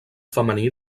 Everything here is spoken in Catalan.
femení